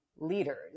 Leaders